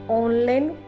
online